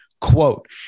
Quote